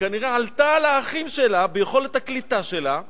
וכנראה עלתה על האחים שלה ביכולת הקליטה שלה.